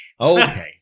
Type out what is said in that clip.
Okay